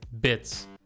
BITS